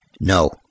No